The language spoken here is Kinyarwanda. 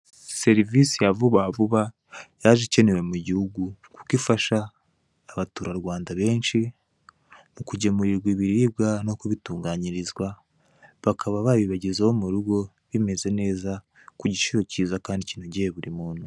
Serivise ya vubavuba yaje ikenewe mu gihugu kuko ifasha abaturarwanda benshi mu kugemurirwa ibiribwa no kubitunganyirizwa bakaba babibagezaho mu rugo bimeze neza ku giciro kiza kandi kinogeye buri muntu.